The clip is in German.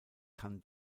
kann